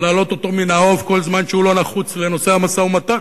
להעלות אותו באוב כל זמן שהוא לא נחוץ לנושא המשא-ומתן.